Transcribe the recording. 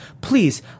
please